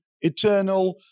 eternal